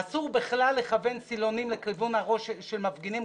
אסור בכלל לכוון סילונים לכיוון הראש של מפגינים,